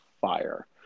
fire